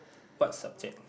what subject